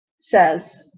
says